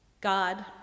God